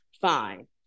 Fine